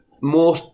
more